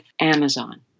Amazon